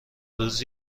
روز